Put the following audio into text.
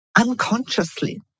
unconsciously